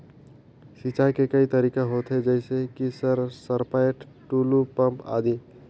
सिंचाई के कई तरीका होथे? जैसे कि सर सरपैट, टुलु पंप, आदि?